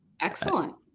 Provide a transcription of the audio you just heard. excellent